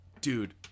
dude